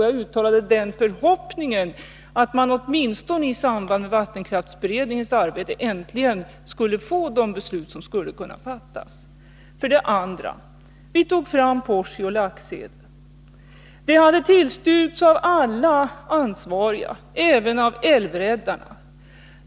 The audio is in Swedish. Jag uttalade den förhoppningen att man åtminstone i samband med vattenkraftsberedningens arbete äntligen kunde få underlag för de beslut som skulle kunna fattas. För det andra: Vi tog beslut om utbyggnad av Porsi och Laxede, som hade tillstyrkts av alla ansvariga — även av älvräddarna.